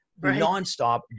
nonstop